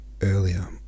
earlier